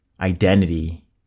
identity